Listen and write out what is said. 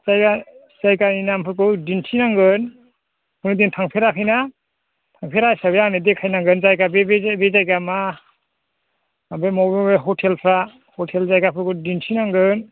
जायगानि नामफोरखौ दिन्थिनांगोन ओमफ्राय जों थांफेराखैना थांफेरा हिसाबै आंनो देखाय नांगोन बे जायगाया मा बबे बबे हटेलफ्रा हटेल जायगाफोरखौ दिन्थिनांगोन